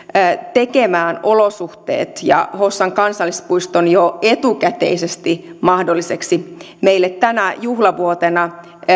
tekemään olosuhteet ja hossan kansallispuiston jo etukäteisesti mahdolliseksi meille tänä juhlavuotena